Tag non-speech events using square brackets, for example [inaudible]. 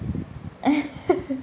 [laughs]